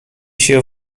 się